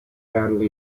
battle